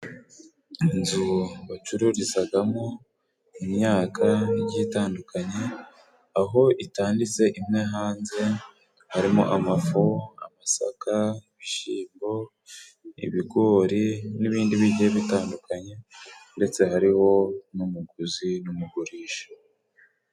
Inzu bacururizagamo imyaka igiye itandukanye aho itanditse imwe hanze harimo amafu, amasaka ibishimbo ,ibigori n'ibindi bigiye bitandukanye ndetse hariho n'umuguzi n'umugurisha.